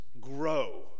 grow